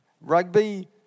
Rugby